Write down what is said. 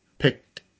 picked